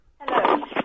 Hello